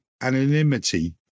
anonymity